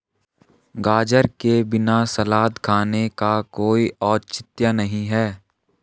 गाजर के बिना सलाद खाने का कोई औचित्य नहीं है